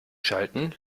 schalten